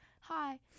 Hi